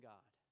God